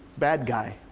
bad guy?